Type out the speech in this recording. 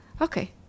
okay